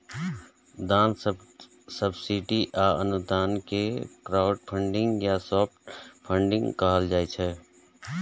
दान, सब्सिडी आ अनुदान कें क्राउडफंडिंग या सॉफ्ट फंडिग कहल जाइ छै